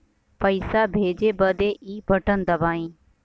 पइसा भेजे बदे ई बटन दबाई